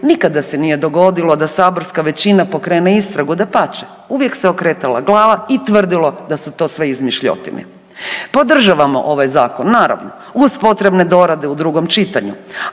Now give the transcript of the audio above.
nikada se nije dogodilo da saborska većina pokrene istragu, dapače, uvijek se okretala glava i tvrdilo da su to sve izmišljotine. Podržavamo ovaj Zakon, naravno, uz potrebne dorade u drugom čitanju.